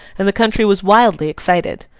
and the country was wildly excited.